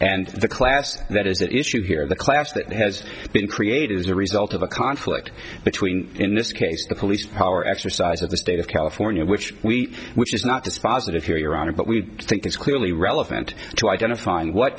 and the class that is that issue here the class that has been created is the result of a conflict between in this case the police power exercise of the state of california which we which is not dispositive here your honor but we think it's clearly relevant to identifying what